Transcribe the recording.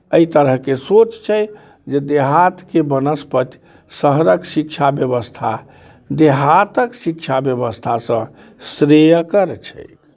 एहि तरहके सोच छै जे देहातके बनिस्पत शहरक शिक्षा व्यवस्था देहातक शिक्षा व्यवस्थासँ श्रेयस्कर छै